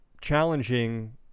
Challenging